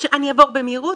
אני אעבור במהירות.